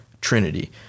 Trinity